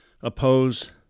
Oppose